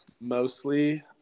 mostly